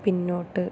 പിന്നോട്ട്